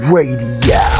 Radio